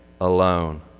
alone